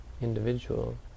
individual